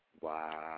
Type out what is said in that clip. Wow